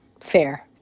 Fair